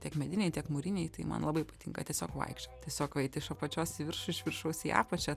tiek mediniai tiek mūriniai tai man labai patinka tiesiog vaikščiot tiesiog eit iš apačios į viršų iš viršaus į apačią